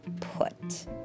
put